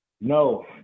no